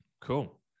Cool